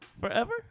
forever